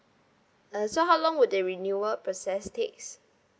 uh so how long would that renewal process takes